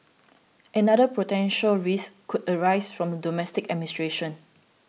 another potential risk could arise from the domestic administration